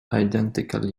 identical